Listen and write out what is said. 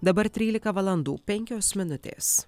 dabar trylika valandų penkios minutės